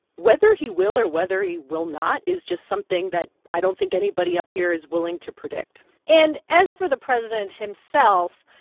whether he will or whether he will not is just something that i don't think anybody up here is willing to predict and as for the president himself,